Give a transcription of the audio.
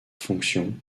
fonction